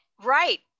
Right